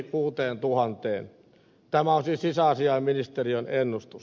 tämä on siis sisäasiainministeriön ennustus